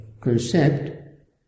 concept